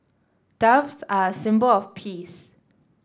doves are a symbol of peace